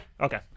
Okay